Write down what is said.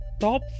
top